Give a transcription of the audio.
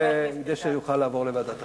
כדי שיוכל לעבור לוועדת החינוך.